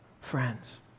Friends